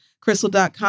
crystal.com